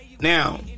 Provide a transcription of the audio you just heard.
Now